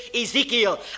Ezekiel